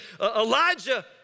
Elijah